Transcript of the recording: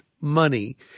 money